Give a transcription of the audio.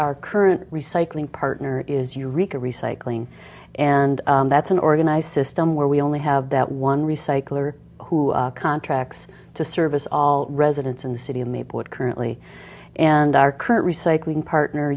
our current recycling partner is you rico recycling and that's an organized system where we only have that one recycler who contracts to service all residents in the city in the port currently and our current recycling partner